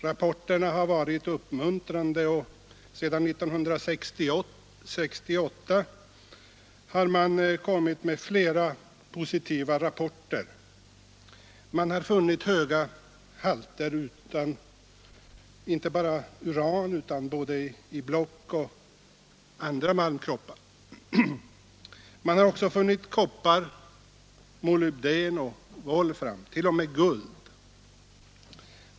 Rapporterna har varit uppmuntrande sedan år 1968 och på senare tid har man lämnat flera positiva rapporter om fynd av höga halter uran både i block och i malmkroppar. Man har också funnit koppar, molybden och wolfram, ja t.o.m. guld.